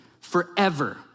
Forever